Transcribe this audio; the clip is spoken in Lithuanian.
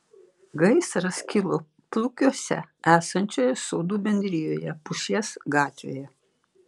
gaisras kilo plukiuose esančioje sodų bendrijoje pušies gatvėje